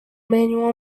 manual